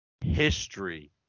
history